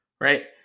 Right